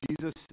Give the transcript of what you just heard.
Jesus